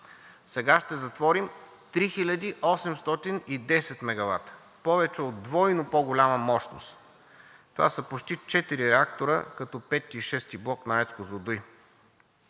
Сега ще затворим 3810 мегавата, повече от двойно по-голяма мощност. Това са почти четири реактора, като V и VI блок на АЕЦ